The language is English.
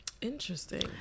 Interesting